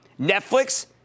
Netflix